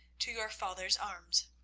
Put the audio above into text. to your father's arms.